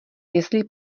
jestli